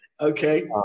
okay